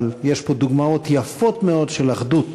אבל יש פה דוגמאות יפות מאוד של אחדות